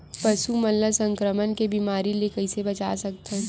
पशु मन ला संक्रमण के बीमारी से कइसे बचा सकथन?